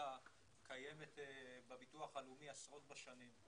לידה קיימת בביטוח הלאומי עשרות בשנים.